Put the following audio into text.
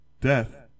death